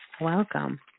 welcome